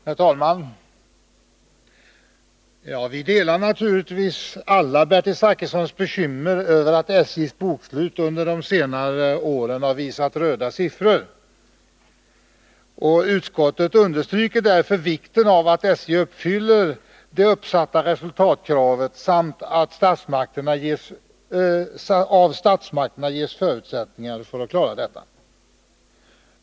Herr talman! Vi delar naturligtvis alla Bertil Zachrissons bekymmer över att SJ:s bokslut under de senare åren har visat röda siffror. Utskottet understryker därför vikten av att SJ uppfyller det uppsatta resultatkravet samt av statsmakterna ges förutsättningar att klara detta.